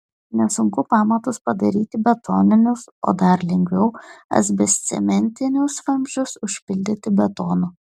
nesunku pamatus padaryti betoninius o dar lengviau asbestcementinius vamzdžius užpildyti betonu